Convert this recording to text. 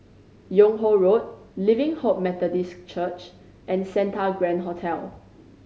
Yung Ho Road Living Hope Methodist Church and Santa Grand Hotel